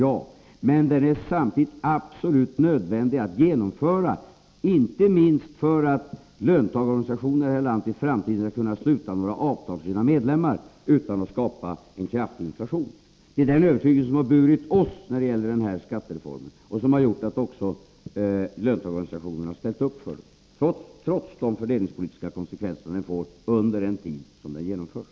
Ja, men den är samtidigt absolut nödvändig, inte minst för att löntagarorganisationerna här i landet i framtiden skall kunna sluta avtal med sina medlemmar utan att det resulterar i en kraftig inflation. Det är den övertygelsen som vi har haft vid utarbetandet av den här skattereformen. Löntagarorganisationerna har också ställt upp för reformen, trots de fördelningspolitiska konsekvenser reformen får under den tid som den genomförs.